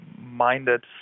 minded